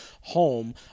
home